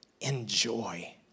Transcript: Enjoy